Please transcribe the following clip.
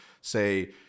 say